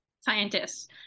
scientists